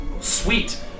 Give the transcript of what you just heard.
Sweet